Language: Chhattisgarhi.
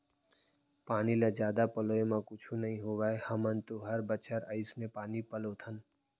पानी ल जादा पलोय म कुछु नइ होवय हमन तो हर बछर अइसने पानी पलोथन